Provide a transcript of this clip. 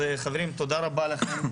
חברים, תודה רבה לכם.